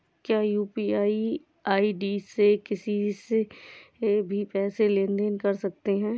क्या UPI ID से किसी से भी पैसे ले दे सकते हैं?